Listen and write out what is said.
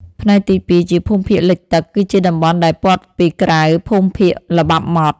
ផ្នែកទី២ ជាភូមិភាគលិចទឹក គឺជាតំបន់ដែលព័ទ្ធពីក្រៅភូមិភាគល្បាប់ម៉ត់។